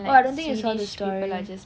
oh I don't think you saw the story